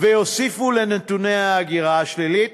ויוסיפו לנתוני ההגירה השלילית